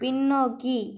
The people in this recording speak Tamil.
பின்னோக்கி